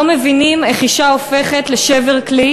לא מבינים איך אישה הופכת לשבר כלי